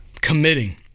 committing